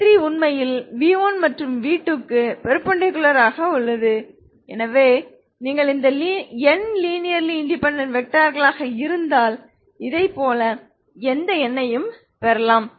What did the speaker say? v3 உண்மையில் v1 மற்றும் v2 க்கு பெர்பெண்டிகுலர் ஆக உள்ளது எனவே நீங்கள் n லினேர்லி இன்டெபேன்டென்ட் வெக்டார்கள் இருந்தால் இதைப் போல எந்த எண்ணையும் பெறலாம்